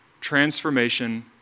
transformation